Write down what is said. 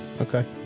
Okay